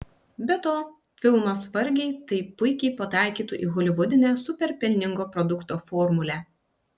be to filmas vargiai taip puikiai pataikytų į holivudinę super pelningo produkto formulę